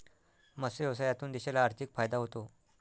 मत्स्य व्यवसायातून देशाला आर्थिक फायदा होतो